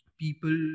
people